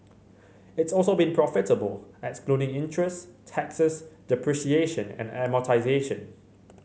it's also been profitable excluding interest taxes depreciation and amortisation